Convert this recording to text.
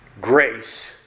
Grace